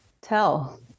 tell